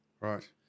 Right